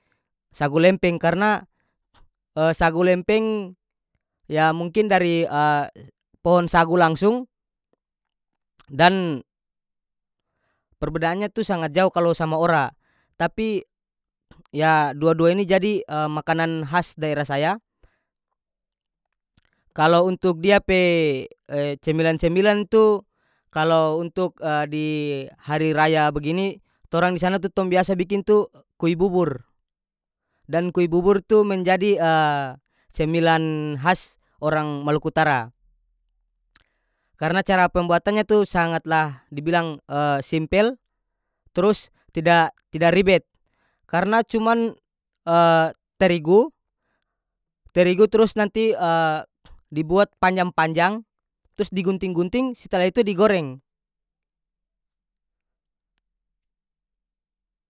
Sagu lempeng karena sagu lempeng ya mungkin dari pohon sagu langsung dan perbedaanya tu sangat jauh kalo sama ora tapi ya dua-dua ini jadi makanan has daerah saya kalo untuk dia pe cemilan-cemilan tu kalo untuk di hari raya begini torang di sana tu tong biasa biking tu kui bubur dan kui bubur tu menjadi cemilan has orang maluku utara karena cara pembuatannya tu sangat lah dibilang simpel trus tida- tida ribet karena cuman terigu- terigu trus nanti dibuat panjang-panjang trus digunting-gunting setelah itu digoreng.